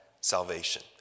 salvation